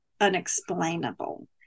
unexplainable